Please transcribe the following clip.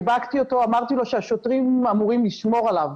חיבקתי אותו ואמרתי לו שהשוטרים אמורים לשמור עליו,